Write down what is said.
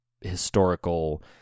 historical